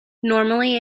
normally